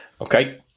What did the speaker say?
Okay